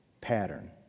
Pattern